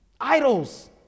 Idols